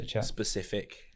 specific